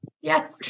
yes